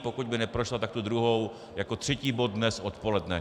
Pokud by neprošla, tak tu druhou, jako třetí bod dnes odpoledne.